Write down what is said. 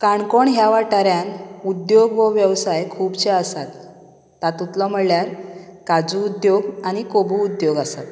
काणकोण ह्या वाठांरांन उद्द्योग हो वेवसाय खुबशे आसात तातूंतलो म्हळ्यार काजू उद्द्योग आनी कोबू उद्द्योग आसा